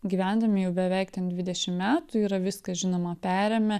gyvendami jau beveik ten dvidešim metų yra viską žinoma perėmę